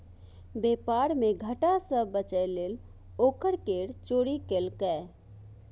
बेपार मे घाटा सँ बचय लेल ओ कर केर चोरी केलकै